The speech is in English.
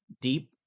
deep